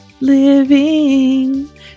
Living